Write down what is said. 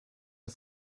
der